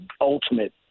ultimate